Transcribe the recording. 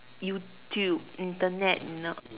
YouTube Internet